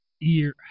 ear